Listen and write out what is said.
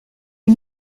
est